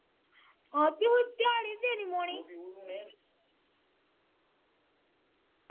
हां ते ओह् धयाड़ी देने पौनी